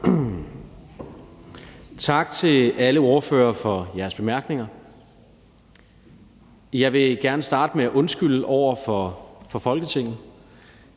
Tak til alle ordførere for jeres bemærkninger. Jeg vil gerne starte med at undskylde over for Folketinget.